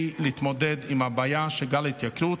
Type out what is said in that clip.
להתמודד עם הבעיה של גל ההתייקרות.